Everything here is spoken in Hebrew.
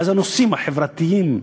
ואז הנושאים החברתיים,